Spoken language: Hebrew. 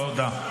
תודה.